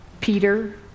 Peter